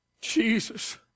Jesus